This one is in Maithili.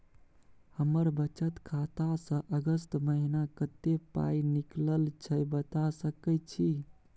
हमर बचत खाता स अगस्त महीना कत्ते पाई निकलल छै बता सके छि?